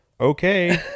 okay